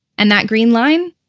and that green line?